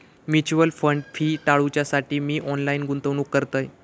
mutual fund fee टाळूच्यासाठी मी online गुंतवणूक करतय